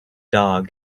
dog